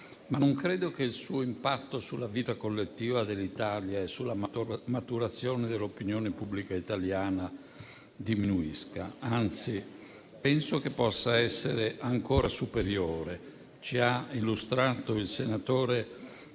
ma non credo che il suo impatto sulla vita collettiva dell'Italia e sulla maturazione dell'opinione pubblica italiana diminuisca; anzi, penso che possa essere ancora superiore. Il senatore